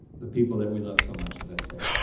the people that we love so much, as i said.